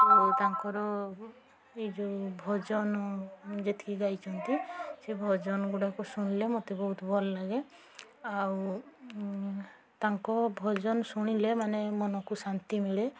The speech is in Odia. ତାଙ୍କର ସେ ଯେଉଁ ଭଜନ ଯେତିକି ଗାଇଛନ୍ତି ସେ ଭଜନଗୁଡ଼ାକ ଶୁଣିଲେ ମୋତେ ବହୁତ ଭଲ ଲାଗେ ଆଉ ତାଙ୍କ ଭଜନ ଶୁଣିଲେ ମାନେ ମନକୁ ଶାନ୍ତି ମିଳେ